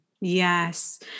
Yes